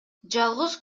жалгыз